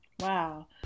Wow